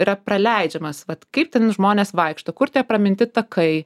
yra praleidžiamas vat kaip ten žmonės vaikšto kur tie praminti takai